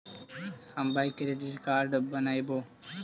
हम bank credit card बनैवो?